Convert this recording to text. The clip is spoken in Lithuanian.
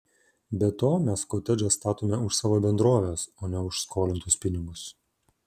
be to mes kotedžą statome už savo bendrovės o ne už skolintus pinigus